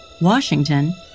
Washington